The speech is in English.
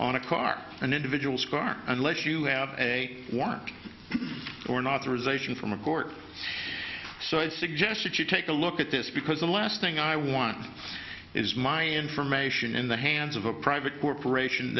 on a car an individual's car unless you have a warrant or not there is a shot from a court so i suggest that you take a look at this because the last thing i want is my information in the hands of a private corporation